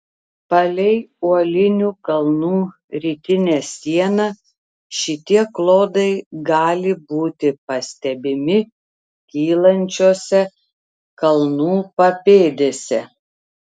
palei uolinių kalnų rytinę sieną šitie klodai gali būti pastebimi kylančiose kalnų papėdėse